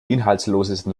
inhaltslosesten